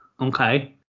okay